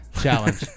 Challenge